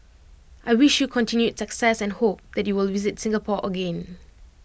I wish you continued success and hope that you will visit Singapore again